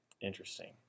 Interesting